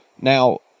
now